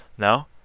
No